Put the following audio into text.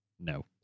No